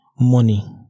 money